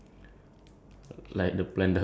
cause I was planning to buy